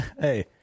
Hey